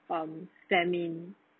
um famine